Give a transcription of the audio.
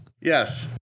Yes